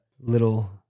little